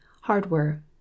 Hardware